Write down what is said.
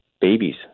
babies